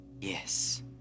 Yes